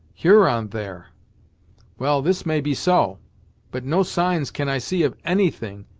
huron, there well, this may be so but no signs can i see of any thing,